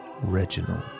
Reginald